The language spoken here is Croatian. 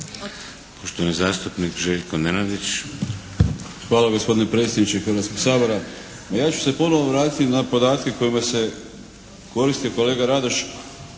**Nenadić, Željko (HDZ)** Hvala gospodine predsjedniče Hrvatskog sabora. Pa ja ću se ponovo vratiti na podatke kojima se koristio kolega Radoš.